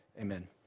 Amen